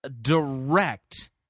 direct